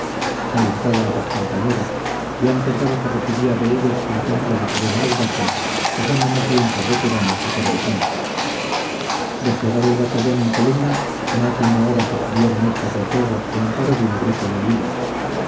alentaba a sus compañeros y antes daba que recibía de ellos el ejemplo de serena audacia pasando más bien por veterano que por bisoño desplegado el batallón en columnas más de una hora sostuvieron éstas el fuego al amparo de un grupo de olivos